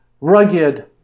rugged